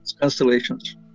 constellations